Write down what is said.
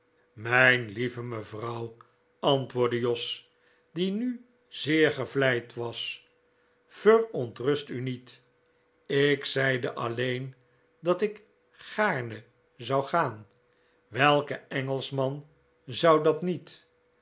mijn lieve mevrouw antwoordde jos die nu zeer gevleid was verontrust u niet ik zeide alleen dat ik gaarne zou gaan welke engelschman zou dat niet